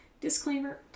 Disclaimer